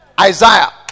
isaiah